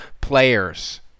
players